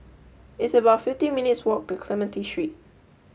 it's about fifty minutes' walk to Clementi Street